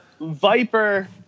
Viper